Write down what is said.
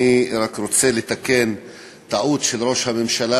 אני רק רוצה לתקן טעות של ראש הממשלה,